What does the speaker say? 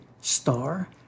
star